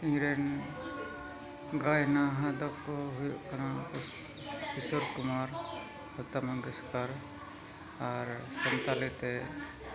ᱤᱧᱨᱮᱱ ᱜᱟᱭᱱᱟᱦᱟ ᱫᱚᱠᱚ ᱦᱩᱭᱩᱜ ᱠᱟᱱᱟ ᱠᱤᱥᱳᱨ ᱠᱩᱢᱟᱨ ᱞᱚᱛᱟ ᱢᱩᱝᱜᱮᱥᱠᱚᱨ ᱟᱨ ᱥᱟᱱᱛᱟᱲᱤᱛᱮ